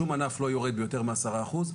שום ענף לא יורד ביותר מעשרה אחוז,